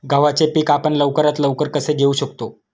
गव्हाचे पीक आपण लवकरात लवकर कसे घेऊ शकतो?